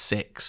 Six